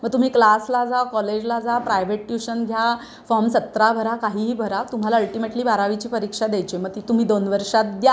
मग तुम्ही क्लासला जा कॉलेजला जा प्रायव्हेट ट्यूशन घ्या फॉर्म सतरा भरा काहीही भरा तुम्हाला अल्टिमेटली बारावीची परीक्षा द्यायची आहे मग ती तुम्ही दोन वर्षात द्या